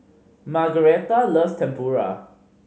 Margaretta loves Tempura